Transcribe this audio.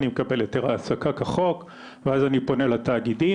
אני מקבל היתר העסקה כחוק ואז אני פונה לתאגידים,